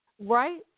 Right